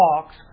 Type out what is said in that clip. talks